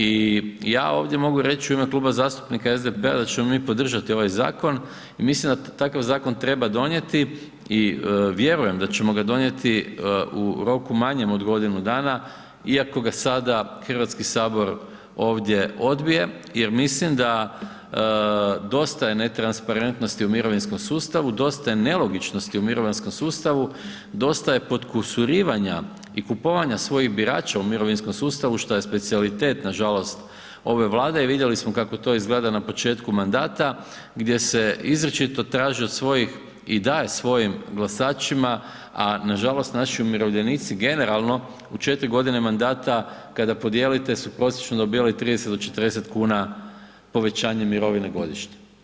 I ja ovdje mogu reći da ćemo mi u ime Kluba zastupnika SDP-a da ćemo mi podržati ovaj zakon i mislim da takav zakon treba donijeti i vjerujem da ćemo ga donijeti u roku manjem od godinu dana iako ga sada Hrvatski sabor ovdje odbije jer mislim da dosta je netransparentnosti u mirovinskom sustavu, dosta je nelogičnosti u mirovinskom sustavu, dosta je potkusurivanja i kupovanja svojih birača u mirovinskom sustavu šta je specijalitet nažalost ove Vlade i vidjeli smo kako to izgleda na početku mandata gdje se izričito traži od svojih i daje svojim glasačima, a nažalost naši umirovljenici generalno u 4 godine mandata kada podijelite su prosječno dobivali 30 do 40 kuna povećanje mirovine godišnje.